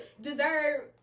deserve